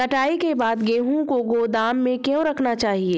कटाई के बाद गेहूँ को गोदाम में क्यो रखना चाहिए?